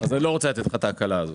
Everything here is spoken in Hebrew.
אז אני לא רוצה לתת לך את ההקלה הזאת,